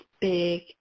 big